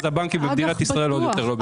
הבנקים בישראל עוד יותר לא בטוחים.